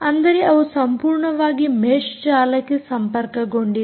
ಅಂದರೆ ಅವು ಸಂಪೂರ್ಣವಾಗಿ ಮೆಷ್ ಜಾಲಕ್ಕೆ ಸಂಪರ್ಕಗೊಂಡಿದೆ